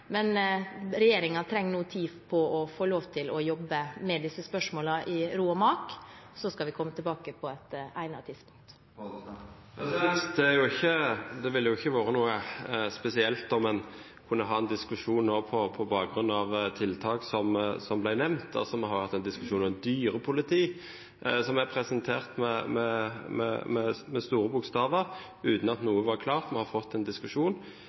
men regjeringen trenger nå tid til å jobbe med disse spørsmålene i ro og mak. Så skal vi komme tilbake på et egnet tidspunkt. Det ville jo ikke vært noe spesielt om man kunne ha en diskusjon nå på bakgrunn av tiltak som ble nevnt. Vi har hatt en diskusjon om dyrepoliti – som er presentert med store bokstaver, uten at noe var klart. Vi har fått en diskusjon,